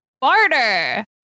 barter